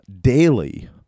daily